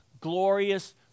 glorious